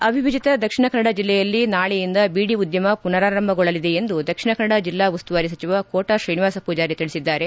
ಅವಿಭಜಿತ ದಕ್ಷಿಣ ಕನ್ನಡ ಜಲ್ಲೆಯಲ್ಲಿ ನಾಳೆಯಿಂದ ಬೀಡಿ ಉದ್ಯಮ ಪುನರಾರಂಭಗೊಳ್ಳಲಿದೆ ಎಂದು ದಕ್ಷಿಣ ಕನ್ನಡ ಜಲ್ಲಾ ಉಸ್ತುವಾರಿ ಸಚಿವ ಕೋಟ ಶ್ರೀನಿವಾಸ ಪೂಜಾರಿ ತಿಳಿಸಿದ್ದಾರೆ